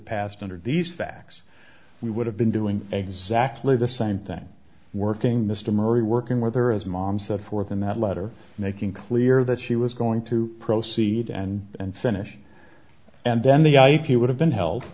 passed under these facts we would have been doing exactly the same thing working mr murray working with her as mom set forth in that letter making clear that she was going to proceed and and finish and then the ip would have been held